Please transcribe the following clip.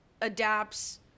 adapts